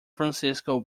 francisco